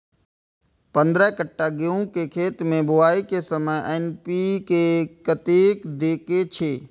पंद्रह कट्ठा गेहूं के खेत मे बुआई के समय एन.पी.के कतेक दे के छे?